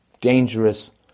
dangerous